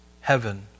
heaven